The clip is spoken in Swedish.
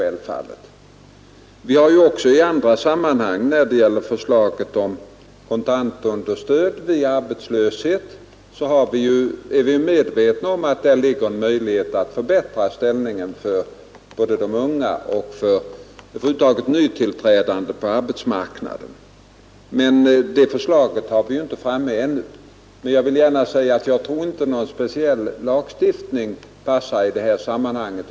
Även i andra sammanhang, exempelvis när det gäller förslaget om kontantunderstöd vid arbetslöshet, har vi en möjlighet att förbättra ställningen för både de unga och över huvud taget för tillträdande personal på arbetsmarknaden. Jag tror inte att en speciell lagstiftning passar i detta sammanhang.